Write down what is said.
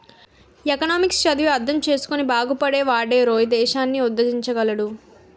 economics చదివి అర్థం చేసుకుని బాగుపడే వాడేరోయ్ దేశాన్ని ఉద్దరించగలడు